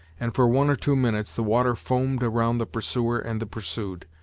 and for one or two minutes the water foamed around the pursuer and the pursued.